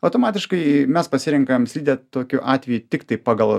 automatiškai mes pasirenkam slidę tokiu atveju tiktai pagal